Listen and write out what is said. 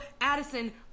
Addison